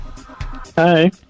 Hi